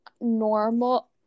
normal